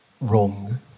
wrong